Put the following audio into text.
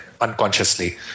unconsciously